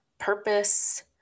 purpose